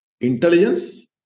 intelligence